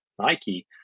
Nike